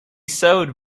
sewed